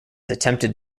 attempted